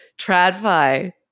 Tradfi